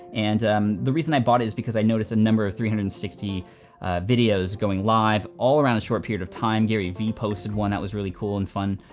and um the reason i bought it is because i noticed a number of three hundred and sixty videos going live all around a short period of time. gary vee posted one that was really cool and fun,